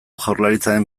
jaurlaritzaren